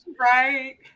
Right